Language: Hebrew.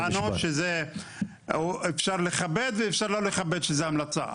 הם טענו שאפשר לכבד ואפשר לא לכבד, שזה המלצה.